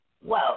Whoa